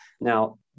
Now